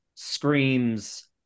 screams